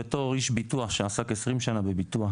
בתור איש ביטוח שעסק 20 שנה בביטוח,